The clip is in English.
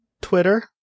Twitter